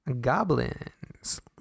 goblins